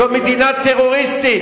זו מדינה טרוריסטית.